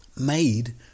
made